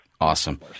Awesome